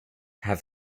have